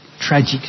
tragic